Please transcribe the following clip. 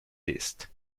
liszt